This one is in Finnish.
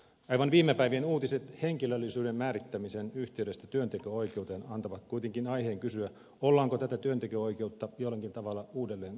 aivan viime päivien uutiset henkilöllisyyden määrittämisen yhteydestä työnteko oikeuteen antavat kuitenkin aiheen kysyä ollaanko tätä työnteko oikeutta jollakin tavalla uudelleen kaventamassa